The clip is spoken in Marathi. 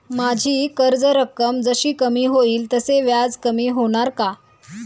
माझी कर्ज रक्कम जशी कमी होईल तसे व्याज कमी होणार का?